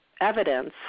evidence